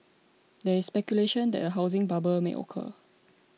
there is speculation that a housing bubble may occur